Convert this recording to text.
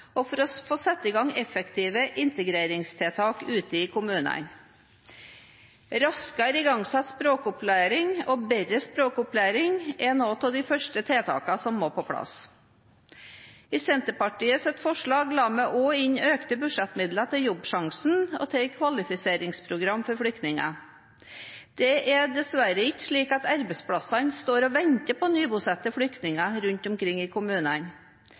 og for å få satt i gang effektive integreringstiltak ute i kommunene. Bedre og raskere igangsatt språkopplæring er noen av de første tiltakene som må på plass. Senterpartiet la i sitt forslag også inn økte budsjettmidler til Jobbsjansen og til et kvalifiseringsprogram for flyktninger. Det er dessverre ikke slik at arbeidsplassene står og venter på nybosatte flyktninger rundt omkring i kommunene.